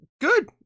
good